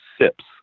SIPS